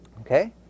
Okay